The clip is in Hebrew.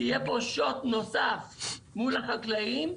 יהיה פה 'שוט' נוסף מול החקלאים,